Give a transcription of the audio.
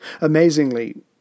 Amazingly